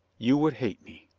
you would hate me.